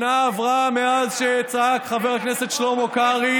שנה עברה מאז שצעק חבר הכנסת שלמה קרעי